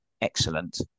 excellent